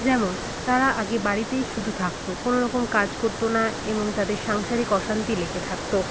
যেমন তারা আগে বাড়িতেই শুধু থাকত কোনোরকম কাজ করতো না এবং তাদের সাংসারিক অশান্তি লেগে থাকত